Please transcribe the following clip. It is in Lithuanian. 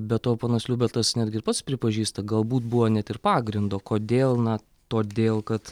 be to ponas liubartas netgi ir pats pripažįsta galbūt buvo net ir pagrindo kodėl na todėl kad